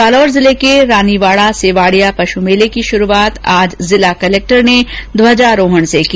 जालौर जिले के रानीवाड़ा सेवाड़ीया पशु मेले की शुरूआत आज जिला कलेक्टर ने ध्वजारोहण से की